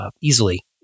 easily